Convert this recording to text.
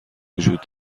وجود